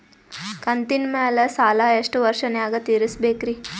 ಕಂತಿನ ಮ್ಯಾಲ ಸಾಲಾ ಎಷ್ಟ ವರ್ಷ ನ್ಯಾಗ ತೀರಸ ಬೇಕ್ರಿ?